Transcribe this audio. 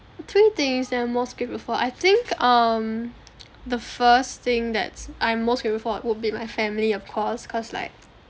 three things that I am most grateful for I think um the first thing that's I am most grateful for would be my family of course cause like